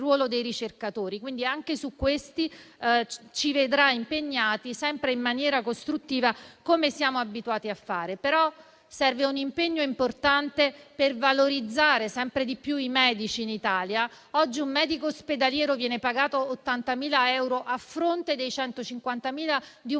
dei ricercatori. Anche su questi provvedimenti ci vedrà impegnati sempre in maniera costruttiva, come siamo abituati a fare. Serve però un impegno importante per valorizzare sempre di più i medici in Italia. Oggi un medico ospedaliero viene pagato 80.000 euro a fronte dei 150.000 di un